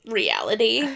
reality